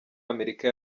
amerika